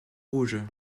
rouges